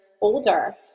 older